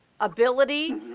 ability